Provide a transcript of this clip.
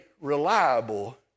reliable